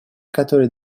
которые